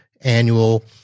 annual